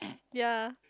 ya